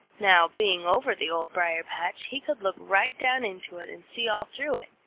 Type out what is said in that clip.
now, being over the old briar-patch, he could look right down into it and see all through it.